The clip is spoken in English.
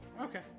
Okay